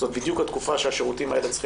זאת בדיוק התקופה שהשירותים האלה צריכים